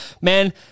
Man